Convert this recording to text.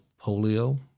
polio